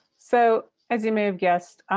so as you may have guessed,